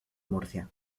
murcia